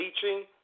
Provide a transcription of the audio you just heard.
teaching